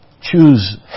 Choose